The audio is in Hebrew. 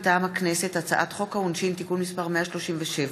מטעם הכנסת: הצעת חוק העונשין (תיקון מס' 137)